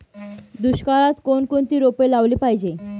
दुष्काळात कोणकोणती रोपे लावली पाहिजे?